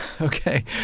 Okay